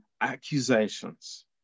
accusations